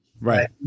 Right